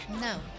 No